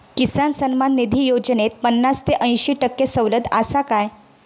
किसान सन्मान निधी योजनेत पन्नास ते अंयशी टक्के सवलत आसा काय?